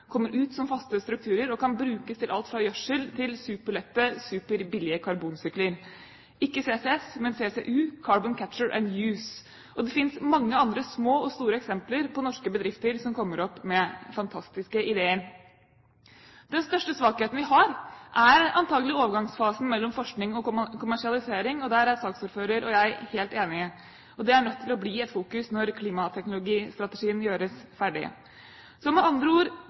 kommer ut som faste strukturer og kan brukes til alt fra gjødsel til superlette og superbillige karbonsykler – ikke CCS, men CCU, Carbon Capture and Use. Og det finnes mange andre små og store eksempler på norske bedrifter som kommer opp med fantastiske ideer. Den største svakheten vi har, er antakelig overgangsfasen mellom forskning og kommersialisering. Der er saksordføreren og jeg helt enige. Det er nødt til å være i fokus når klimateknologistrategien gjøres ferdig. Så